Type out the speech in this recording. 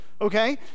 Okay